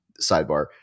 sidebar